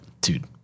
dude